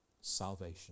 salvation